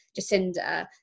Jacinda